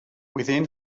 within